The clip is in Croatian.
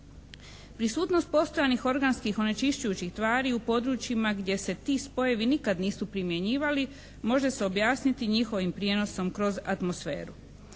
Prisutnost postojanih organskih onečišćujućih tvari u područjima gdje se ti spojevi nikad nisu primjenjivali, može se objasniti njihovim prijenosom kroz atmosferu.